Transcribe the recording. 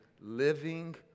living